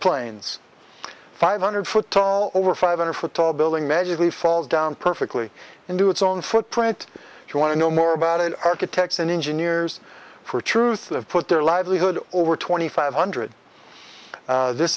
planes five hundred foot tall over five hundred foot tall building magically fall down perfectly into its own footprint if you want to know more about it architects and engineers for truth of put their livelihood over twenty five hundred this